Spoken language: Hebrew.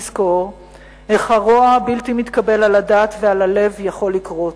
לזכור איך הרוע הבלתי מתקבל על הדעת ועל הלב יכול לקרות.